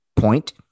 point